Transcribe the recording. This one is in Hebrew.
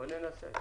בואו ננסה.